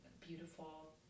beautiful